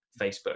Facebook